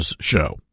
show